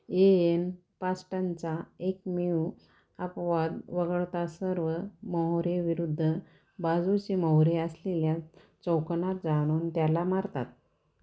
an पास्टनचा एकमेव अपवाद वगळता सर्व मोहरे विरुद्ध बाजूचे मोहरे असलेल्या चौकोनात जावून त्याला मारतात